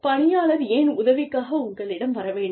பணியாளர் ஏன் உதவிக்காக உங்களிடம் வர வேண்டும்